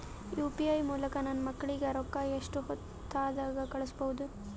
UPI ಮೂಲಕ ನನ್ನ ಮಕ್ಕಳಿಗ ರೊಕ್ಕ ಎಷ್ಟ ಹೊತ್ತದಾಗ ಕಳಸಬಹುದು?